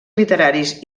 literaris